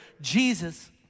Jesus